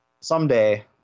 Someday